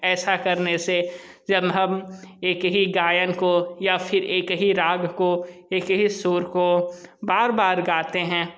ऐसा करने से जब हम एक ही गायन को या फिर एक ही राग को एक ही सुर को बार बार गाते हैं